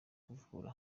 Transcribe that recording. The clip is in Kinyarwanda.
kuvura